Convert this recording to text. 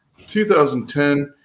2010